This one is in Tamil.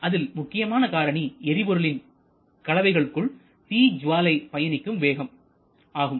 அதில் முக்கியமான காரணி எரிபொருள்கள் கலவைகளுக்குள் தீ ஜுவாலை பயணிக்கும் வேகம் ஆகும்